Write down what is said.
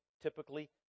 typically